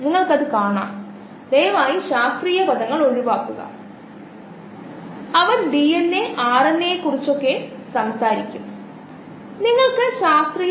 കോശങ്ങളുടെ സൈക്കിളിൽ കോശങ്ങളുടെ വോളിയം മാറുന്നതല്ല മറ്റും കോശങ്ങളുടെ സൈക്കിളിൽ ഓരോ കോശത്തിന്റെയും വോളിയം മാറുന്നു അത് ഇവിടെ വളർച്ചയെ നമ്മൾ പരിഗണിക്കുന്നില്ല